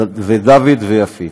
דוד ויפית.